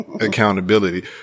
accountability